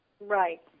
Right